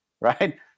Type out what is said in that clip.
right